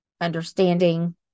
understanding